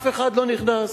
אף אחד לא נכנס.